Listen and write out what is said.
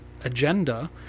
agenda